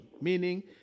meaning